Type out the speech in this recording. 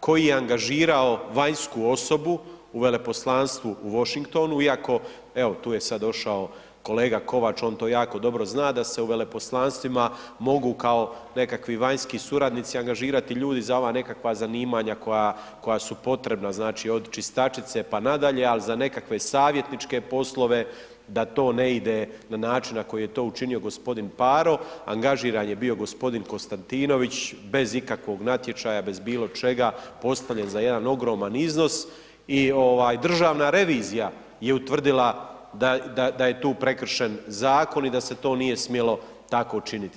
koji je angažirao vanjsku osobu u Veleposlanstvu u Washingtonu iako, evo tu je sad došao kolega Kovač on to jako dobro zna, da se u veleposlanstvima mogu kao nekakvi vanjski suradnici angažirati ljudi za ova nekakva zanimanja koja su potrebna znači od čistačice pa nadalje, al za nekakve savjetničke poslove da to ne ide na način na koji je to učinio gospodin Paro, angažiran je bio gospodin Konstantinović bez ikakvog natječaja, bez bilo čega, postavljen za jedan ogroman iznos i ovaj državna revizija je utvrdila da je tu prekršen zakon i da se to nije smjelo tako činiti.